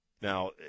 Now